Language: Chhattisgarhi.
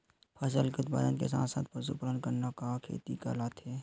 फसल के उत्पादन के साथ साथ पशुपालन करना का खेती कहलाथे?